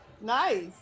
Nice